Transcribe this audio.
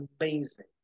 amazing